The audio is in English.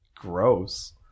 Gross